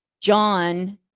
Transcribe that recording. john